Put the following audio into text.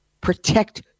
protect